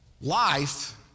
Life